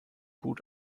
gut